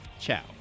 Ciao